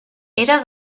era